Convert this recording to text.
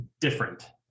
different